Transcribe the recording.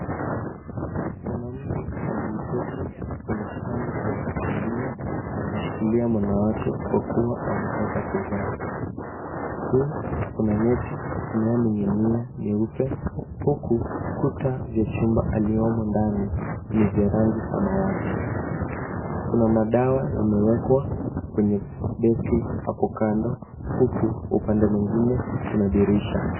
Mwanamke aliyeketi kwenye kitanda cha hospitalini amemshikilia mwana wake kwa kuwa ametoka kuzaa. Juu kuna neti inayoning'inia nyeupe huku kuta vya chumba aliyomo ndani ni vya rangi samawati. Kuna madawa yamewekwa kwenye deski hapo kando huku upande mwingine kuna dirisha.